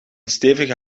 stevige